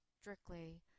strictly